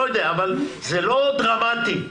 אבל זה לא דרמטי,